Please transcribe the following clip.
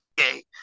Okay